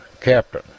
Captain